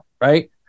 right